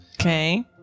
Okay